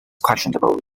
questionable